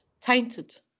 Tainted